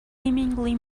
seemingly